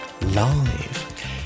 Live